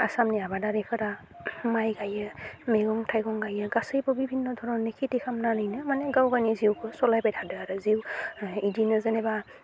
आसामनि आबादारिफोरा माइ गायो मैगं थाइगं गायो गासैबो बिभिन्न धरननि खेथि खालामनानैनो माने गाव गावनि जिउखौ सलायबाय थादों आरो जिउ बिदिनो जेनेबा